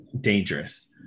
dangerous